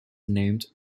named